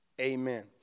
Amen